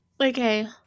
Okay